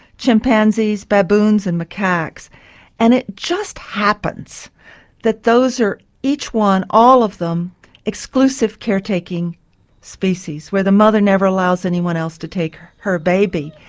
chimpanzees, baboons and macaques and it just happens that those are each one, all of them exclusive caretaking species where the mother never allows anyone else to take her baby.